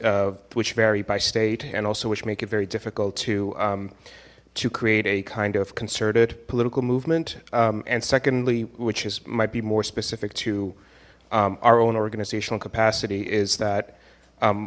of which vary by state and also which make it very difficult to to create a kind of concerted political movement and secondly which is might be more specific to our own organizational capacity is that